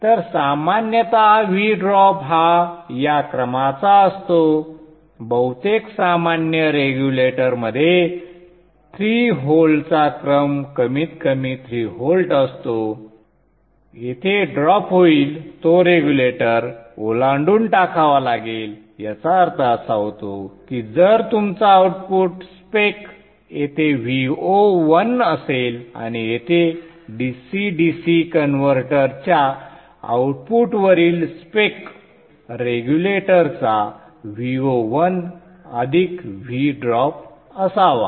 तर सामान्यत V drop हा या क्रमाचा असतो बहुतेक सामान्य रेग्युलेटरमध्ये 3 व्होल्टचा क्रम कमीत कमी 3 व्होल्ट असतो येथे ड्रॉप होईल तो रेग्युलेटर ओलांडून टाकावा लागेल याचा अर्थ असा होतो की जर तुमचा आउटपुट स्पेक येथे Vo1 असेल आणि येथे dc dc कन्व्हर्टरच्या आउटपुटवरील स्पेक रेग्युलेटरचा Vo1 अधिक V ड्रॉप असावा